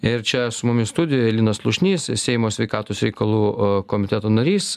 ir čia su mumis studijoje linas slušnys seimo sveikatos reikalų komiteto narys